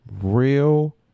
real